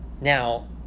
Now